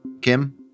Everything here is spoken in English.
Kim